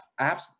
apps